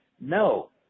No